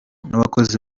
n’abakozi